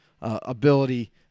ability